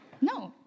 No